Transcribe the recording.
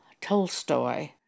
Tolstoy